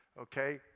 Okay